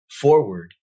forward